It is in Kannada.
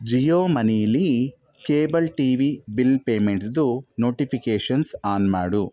ಜಿಯೋ ಮನೀಲೀ ಕೇಬಲ್ ಟಿ ವಿ ಬಿಲ್ ಪೇಮೆಂಟ್ಸ್ದು ನೋಟಿಫಿಕೇಷನ್ಸ್ ಆನ್ ಮಾಡು